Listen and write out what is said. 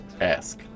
Ask